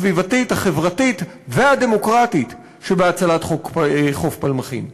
הסביבתית, החברתית והדמוקרטית שבהצלת חוף פלמחים.